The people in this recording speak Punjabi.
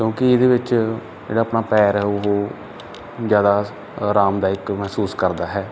ਕਿਉਂਕਿ ਇਹਦੇ ਵਿੱਚ ਜਿਹੜਾ ਆਪਣਾ ਪੈਰ ਹੈ ਉਹ ਜ਼ਿਆਦਾ ਆਰਾਮਦਾਇਕ ਮਹਿਸੂਸ ਕਰਦਾ ਹੈ